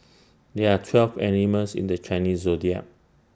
there're twelve animals in the Chinese Zodiac